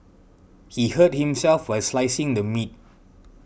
he hurt himself while slicing the meat